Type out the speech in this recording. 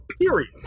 Period